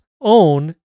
own